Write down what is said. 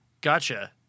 Gotcha